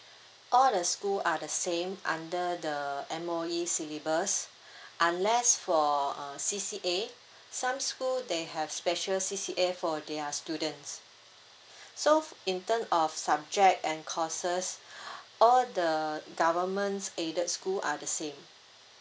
all the school are the same under the M_O_E syllabus unless for uh C_C_A some school they have special C_C_A for their students so in term of subject and courses all the government aided school are the same